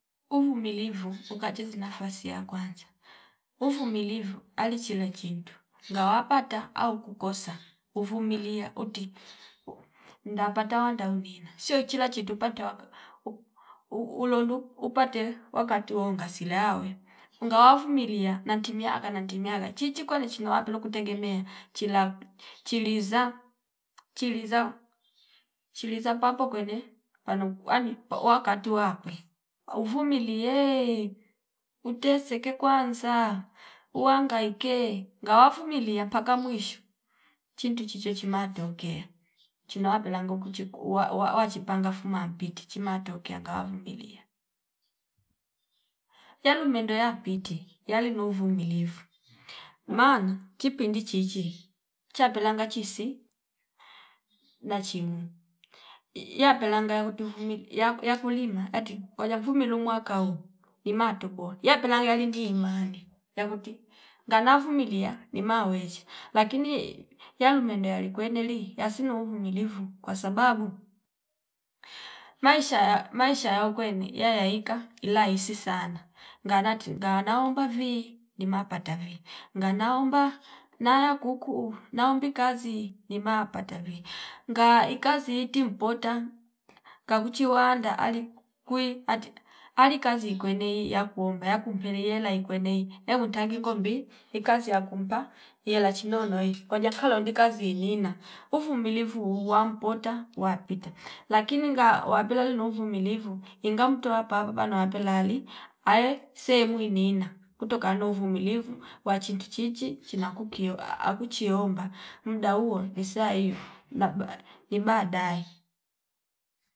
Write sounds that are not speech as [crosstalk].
Uvumulivu ukacheze nafasi ya kwanza uvumilivu alichile chintu ngawa pata au kukosa uvumilia uti nda patawa nda unina sio chila chitu panta waka [hesitation] uloluu upate wakati waunga sila wae unga wavumilia nanti miaka nanti miaka chichi kwani chino wa kulo kutengemea chila chiliza- chiliza- chiliza papa kwene pano kuani wakati wakwe uvumiliee uteseke kwanza uhangaike ngawa vumilia paka mwisho chintu chicho chima tokea chino wa pelanga ngoko chiku ua- ua- uawachipanga fuma ampiti chima tokea ngawa vumilia. Yalu mendo yapiti yali ni uvumilivu maana kipindi chichi chapilanga chiisi naching lia pelanga yaoti vumili yaku- yakulima yati walia vumilu umwaka huo ima toboa yapelanga ini ni imani yakuti ngana vumilia nima weze lakini yalumene yali kweneli yasilo uvumilivu kwa sababu maisha ya maisha ya ukwene yaya ika ilahisi sana ngalati ngana omba vii ndima pata vi ngana omba na ya kuku hu naombi kazi nima pata vii ngaa ikazi iti mpoota ngakuchi wanda alikuu kwi ati ali kazi ikwene iya kuomba yakumpele iyela ikwenei yakutangi ingombi ikazi ya kumpa iyela chino nowi ngoja kalombi kazi inina uvumilivu uwa mpota wapite lakini nga wapela lino uvumilivu inga mtoa paapa pano wapela lali aye se mwi nina kutokana na uvumilivu wachi nchitu chichi china kukio [hesitation] akuchi omba mdaa ni saa hio na baa ibadae